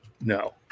No